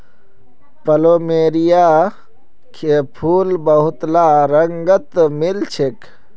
plumeria फूल बहुतला रंगत मिल छेक